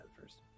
first